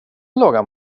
lagar